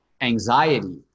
anxiety